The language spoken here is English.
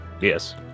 Yes